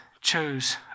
chose